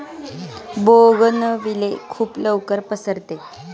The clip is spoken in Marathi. बोगनविले खूप लवकर पसरते